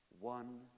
One